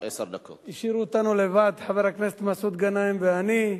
השאירו אותנו לבד, חבר הכנסת מסעוד גנאים ואני,